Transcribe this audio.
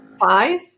five